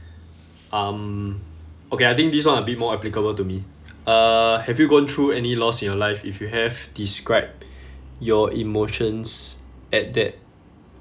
um okay I think this one a bit more applicable to me uh have you gone through any loss in your life if you have describe your emotions at that